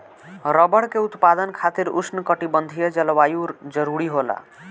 rubber के उत्पादन खातिर उष्णकटिबंधीय जलवायु जरुरी होला